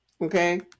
Okay